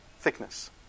thickness